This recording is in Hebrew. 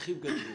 והצרכים גדלו